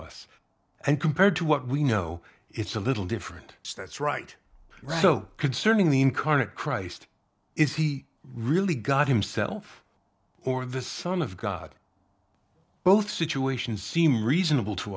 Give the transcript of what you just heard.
us and compared to what we know it's a little different that's right so concerning the incarnate christ is he really god himself or the son of god both situations seem reasonable to